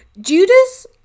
Judas